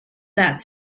that